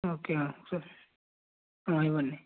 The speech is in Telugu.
ఓకే చూస్ ఊ ఇవ్వండి